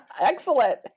Excellent